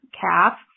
calf